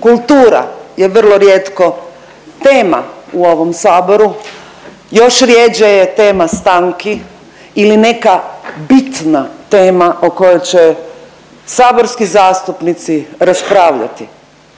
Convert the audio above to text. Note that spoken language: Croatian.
Kultura je vrlo rijetko tema u ovom saboru, još rjeđe je tema stanki ili neka bitna tema o kojoj će saborski zastupnici raspravljati,